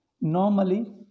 Normally